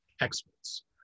experts